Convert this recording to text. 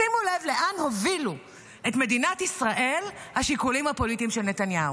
שימו לב לאן הובילו את מדינת ישראל השיקולים הפוליטיים של נתניהו,